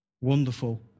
Wonderful